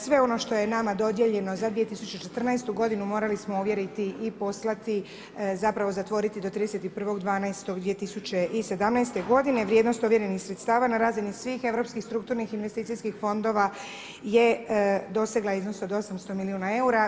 Sve ono što je nama dodijeljeno za 2014. godinu morali smo ovjeriti i poslati, zapravo zatvoriti do 31.12.2017. godine, vrijednost ovjerenih sredstava na razini svih europskih strukturnih investicijskih fondova je dosegla iznos od 800 milijuna eura.